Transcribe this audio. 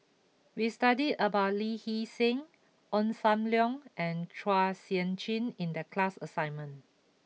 we studied about Lee Hee Seng Ong Sam Leong and Chua Sian Chin in the class assignment